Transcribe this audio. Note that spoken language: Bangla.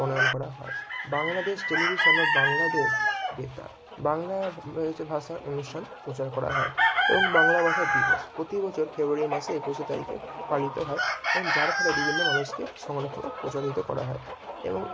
প্রণয়ন করা হয় বাংলা দেশ টেলিভিশন ও বাংলা দেশ বেতার বাংলা হচ্ছে ভাষার অনুষ্ঠান প্রচার করা হয় এবং বাংলা ভাষা দিবস প্রতি বছর ফেব্রুয়ারি মাসে একুশে তারিখে পালিত হয় এবং যার ফলে বিভিন্ন মানুষকে প্রচারিত করা হয় এবং